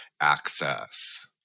access